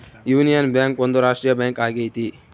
union Bank ಒಂದು ರಾಷ್ಟ್ರೀಯ bank ಆಗೈತಿ